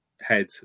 head